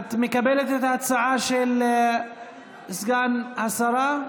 את מקבלת את ההצעה של סגן השרה?